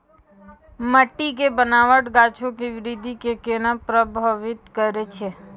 मट्टी के बनावट गाछो के वृद्धि के केना प्रभावित करै छै?